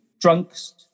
drunks